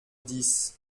dix